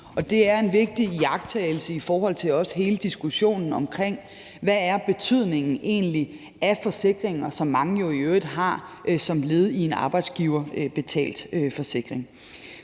Det er en vigtig iagttagelse, også i forhold til hele diskussionen om, hvad betydningen egentlig er af forsikringer, som mange jo i øvrigt har som led i en arbejdsgiverbetalt forsikring.